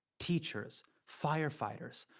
teachers, firefighters,